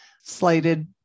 slated